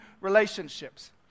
relationships